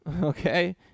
okay